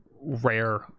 rare